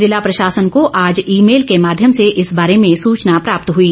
जिला प्रशासन को आज ई मेल के माध्यम से इस बारे में सूचना प्राप्त हुई